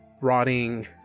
rotting